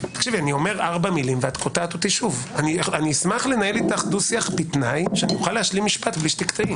אשמח לנהל איתך דו שיח בתנאי שאוכל להשלים משפט בלי שתקטעי.